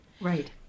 Right